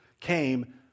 came